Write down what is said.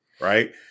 Right